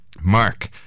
mark